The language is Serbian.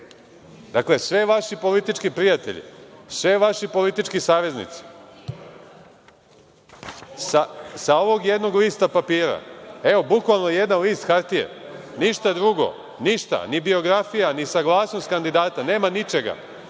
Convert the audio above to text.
Dakle, sve vaši politički prijatelji, sve vaši politički saveznici, sa ovog jednog lista papira. Evo, bukvalno jedan list hartije, ništa drugo. Ništa, ni biografija, ni saglasnost kandidata, nema ničega.